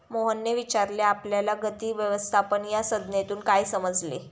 मोहनने विचारले आपल्याला माती व्यवस्थापन या संज्ञेतून काय समजले?